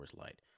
Light